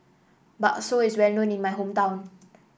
bakso is well known in my hometown